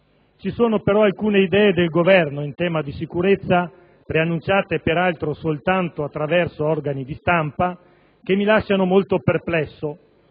Ci sono però alcune idee del Governo in tema di sicurezza, preannunciate peraltro soltanto attraverso organi di stampa, che mi lasciano molto perplesso,